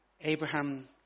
Abraham